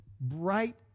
bright